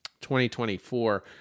2024